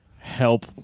help